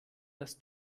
das